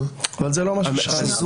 זה לא מה ששאלתי.